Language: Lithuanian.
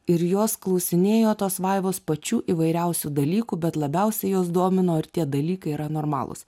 ir jos klausinėjo tos vaivos pačių įvairiausių dalykų bet labiausiai juos domino ar tie dalykai yra normalūs